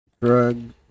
Drug